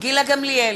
גילה גמליאל,